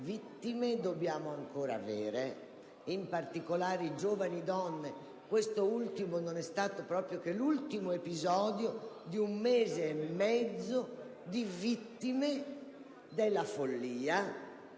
vittime dovranno ancora esserci, in particolare giovani donne. Questo non è stato che l'ultimo episodio di un mese e mezzo di vittime della follia,